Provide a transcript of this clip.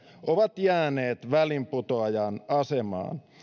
ovat jääneet väliinputoajan asemaan